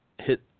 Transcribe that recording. hit –